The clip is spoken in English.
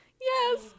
yes